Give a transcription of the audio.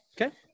Okay